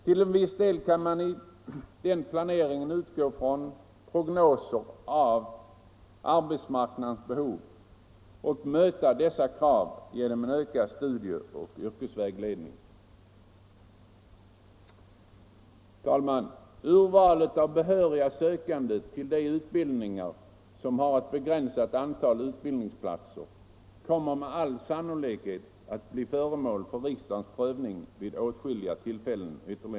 Till en viss del kan man i den planeringen utgå från prognoser av arbetsmarknadens behov och möta dess krav genom en studieoch yrkesvägledning. Herr talman! Urvalet av behöriga sökande till de utbildningar som har ett begränsat antal utbildningsplatser kommer med all sannolikhet att ytterligare bli föremål för riksdagens prövning vid åtskilliga tillfällen.